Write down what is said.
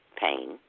pain